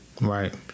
right